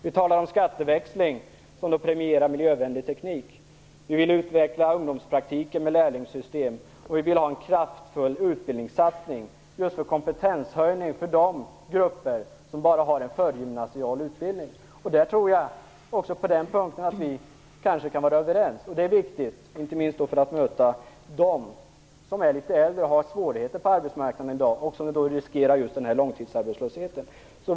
Vi talar om skatteväxling för att premiera miljövänlig teknik. Vi vill utveckla ungdomspraktiken med hjälp av lärlingssystem. Vi vill ha en kraftfull utbildningssatsning för kompetenshöjning för de grupper som endast har en förgymnasial utbildning. Jag tror att vi kan vara överens även på den punkten. Det är viktigt, inte minst för att möta dem som är litet äldre och som har svårigheter på arbetsmarknaden och som riskerar att bli långtidsarbetslösa.